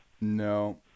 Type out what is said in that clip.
No